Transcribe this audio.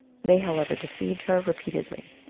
they, however, deceived her repeatedly.